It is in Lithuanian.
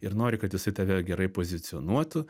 ir nori kad jisai tave gerai pozicijonuotų